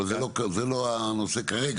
אבל זה לא הנושא כרגע.